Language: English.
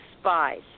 spies